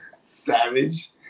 Savage